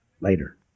later